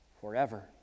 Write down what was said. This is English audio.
forever